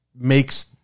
makes